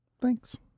Thanks